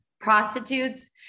prostitutes